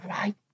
right